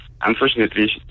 unfortunately